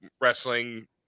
wrestling